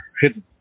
hidden